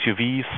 SUVs